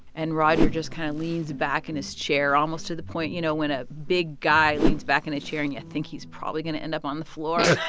and roger just kind of leans back in his chair almost to the point you know, when a big guy leans back in a chair, and you think he's probably going to end up on the floor.